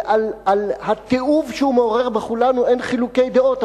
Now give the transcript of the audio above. ועל התיעוב שהוא מעורר בכולנו אין חילוקי דעות.